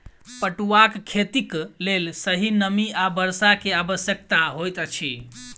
पटुआक खेतीक लेल सही नमी आ वर्षा के आवश्यकता होइत अछि